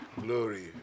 Glory